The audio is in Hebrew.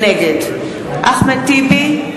נגד אחמד טיבי,